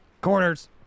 corners